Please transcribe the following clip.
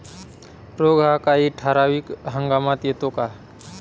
रोग हा काही ठराविक हंगामात येतो का?